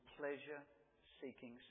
pleasure-seeking